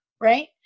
Right